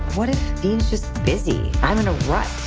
what if dean's just busy i'm in a rut,